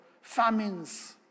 famines